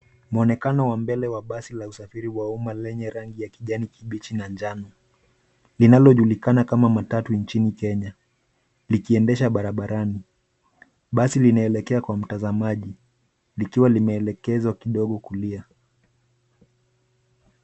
Mwonekano wa mbele wa basi la usafiri wa umma lenye rangi ya kijani kibichi na njano linalojulikana kama matatu nchini Kenya likiendesha barabarani. Basi linaelekea kwa mtazamaji likiwa limeelekezwa kidogo kulia.